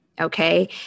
Okay